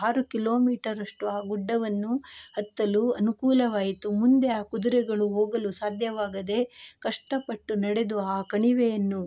ಆರು ಕಿಲೋಮೀಟರಷ್ಟು ಆ ಗುಡ್ಡವನ್ನು ಹತ್ತಲು ಅನುಕೂಲವಾಯಿತು ಮುಂದೆ ಆ ಕುದುರೆಗಳು ಹೋಗಲು ಸಾಧ್ಯವಾಗದೆ ಕಷ್ಟಪಟ್ಟು ನಡೆದು ಆ ಕಣಿವೆಯನ್ನು